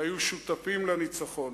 והיו שותפים לניצחון.